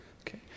okay